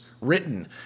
written